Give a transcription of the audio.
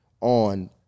on